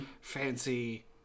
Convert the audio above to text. Fancy